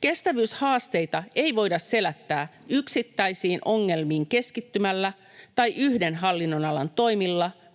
Kestävyyshaasteita ei voida selättää yksittäisiin ongelmiin keskittymällä tai yhden hallinnonalan toimilla,